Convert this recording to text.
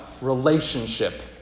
relationship